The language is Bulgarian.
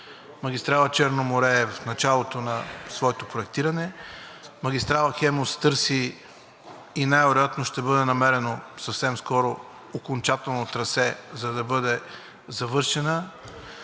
Магистрала „Черно море“ е в началото на своето проектиране. За магистрала „Хемус“ се търси и най-вероятно ще бъде намерено съвсем скоро окончателно трасе, за да бъде завършена